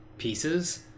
pieces